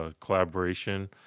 collaboration